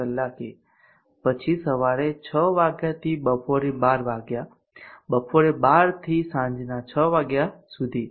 કલાકે પછી સવારે 6 વાગ્યાથી બપોરે 12 બપોરે 12 થી સાંજના 6 વાગ્યા સુધી